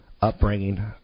upbringing